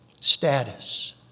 status